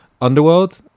Underworld